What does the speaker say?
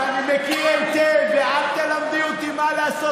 ואני מכיר היטב ואל תלמדי אותי מה לעשות.